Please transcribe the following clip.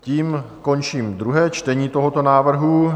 Tím končím druhé čtení tohoto návrhu.